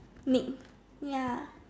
Nick ya